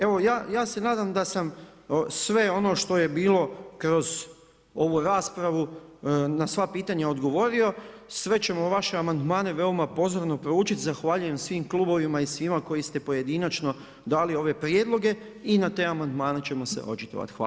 Evo ja se nadam da sve ono što je bilo kroz ovu raspravu na sva pitanja odgovorio, sve ćemo vaše amandmane veoma pozorno proučiti, zahvaljujem svim klubovima i svima koji ste pojedinačno dali ove prijedloge i na te amandmane ćemo se očitovati.